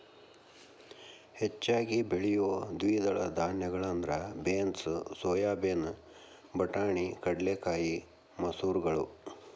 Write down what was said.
ಹೆಚ್ಚಾಗಿ ಬೆಳಿಯೋ ದ್ವಿದಳ ಧಾನ್ಯಗಳಂದ್ರ ಬೇನ್ಸ್, ಸೋಯಾಬೇನ್, ಬಟಾಣಿ, ಕಡಲೆಕಾಯಿ, ಮಸೂರಗಳು